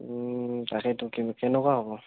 তাকেইটো কে কেনেকুৱা হ'ব